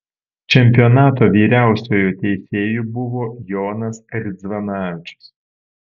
čempionato vyriausiuoju teisėju buvo jonas ridzvanavičius